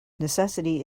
necessity